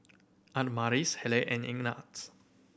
Adamaris Hayleigh and Ignatz